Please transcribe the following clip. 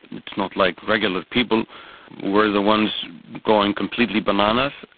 it's not like regular people were the ones going completely bananas,